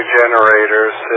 generators